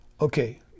Okay